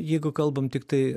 jeigu kalbam tiktai